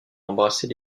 embrasser